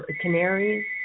canaries